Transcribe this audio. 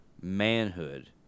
manhood